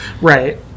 right